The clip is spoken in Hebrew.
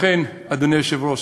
לכן, אדוני היושב-ראש,